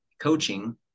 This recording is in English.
coaching